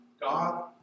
God